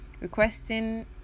requesting